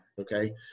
okay